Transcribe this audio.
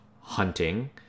hunting